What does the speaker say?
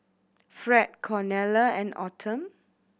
Fred Cornelia and Autumn